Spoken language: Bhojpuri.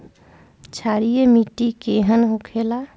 क्षारीय मिट्टी केहन होखेला?